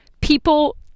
people